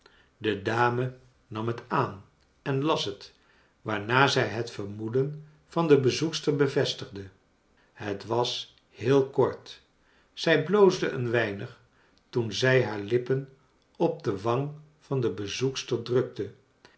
de dame nam het aan en las het waarna zij het vermoeden van de bezoekster bevestigde het was heel kort zij bloosde een weinig toen zij haar lippen op de wang van de bezoekster drukte